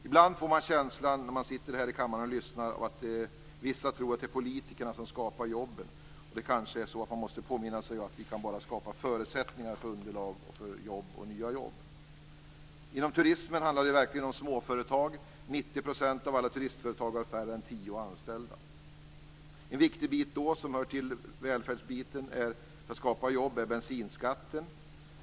Ibland när man sitter i kammaren och lyssnar får man känslan av att vissa tror att det är politikerna som skapar jobben. Det kanske är så att man måste påminna sig om att vi bara kan skapa förutsättningar och underlag för nya jobb. Inom turismen handlar det verkligen om småföretag. 90 % av alla turistföretag har färre än tio anställda. En viktig bit som hör till välfärden och som skapar jobb är bensinskatten.